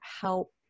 help